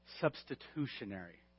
substitutionary